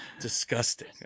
disgusting